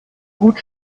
gut